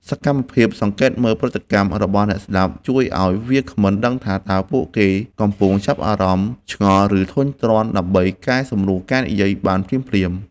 សកម្មភាពសង្កេតមើលប្រតិកម្មរបស់អ្នកស្ដាប់ ជួយឱ្យវាគ្មិនដឹងថា តើពួកគេកំពុងចាប់អារម្មណ៍ ឆ្ងល់ ឬធុញទ្រាន់ ដើម្បីកែសម្រួលការនិយាយបានភ្លាមៗ។